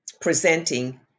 presenting